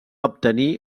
obtenir